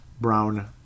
Brown